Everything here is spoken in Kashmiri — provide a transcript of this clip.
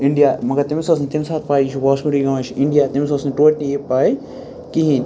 اِنڈیا مگر تٔمس ٲس نہٕ تمہِ ساتہٕ پاے یہِ چھِ واسکوڈی گاما یہِ چھُ اِنڈیا تٔمس ٲس نہٕ ٹوٹلی یہِ پاے کِہیٖنۍ